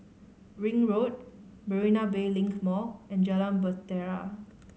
Ring Road Marina Bay Link Mall and Jalan Bahtera